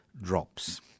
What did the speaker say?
drops